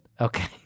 Okay